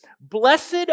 Blessed